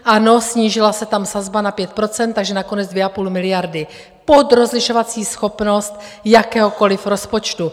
Ano, snížila se tam sazba na 5 %, takže nakonec 2,5 miliardy pod rozlišovací schopnost jakéhokoliv rozpočtu.